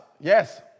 Yes